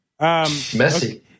Messy